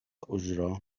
أجرة